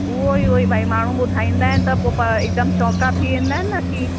उहेई उहेई भई माण्हू ॿुधाईंदा आहिनि त पो पाण हिकदमि चौका थी वेंदा आहिनि की